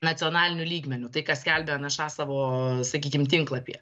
nacionaliniu lygmeniu tai ką skelbia nša savo sakykim tinklapyje